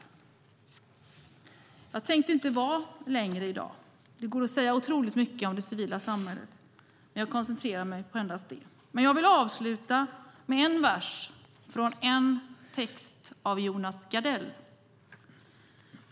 Jag tänkte inte tala längre än så i dag. Det går att säga otroligt mycket om det civila samhället, men jag koncentrerar mig på endast detta. Jag vill dock avsluta med en vers från en text av Jonas Gardell.